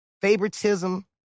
favoritism